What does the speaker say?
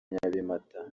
nyabimata